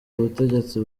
ubutegetsi